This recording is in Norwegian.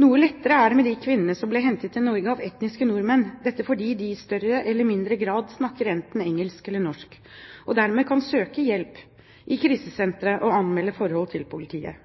Noe lettere er det med de kvinnene som blir hentet til Norge av etniske nordmenn, fordi de i større eller mindre grad snakker enten engelsk eller norsk, og dermed kan søke hjelp i krisesentre og anmelde forhold til politiet.